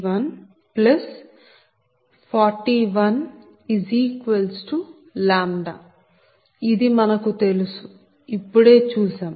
35Pg141λ ఇది మనకు తెలుసు ఇప్పుడే చూసాం